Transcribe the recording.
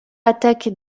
attaque